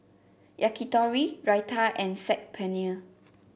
Yakitori Raita and Saag Paneer